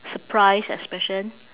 surprise expression